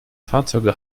fahrzeuge